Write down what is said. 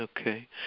Okay